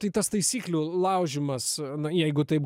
tai tas taisyklių laužymas na jeigu taip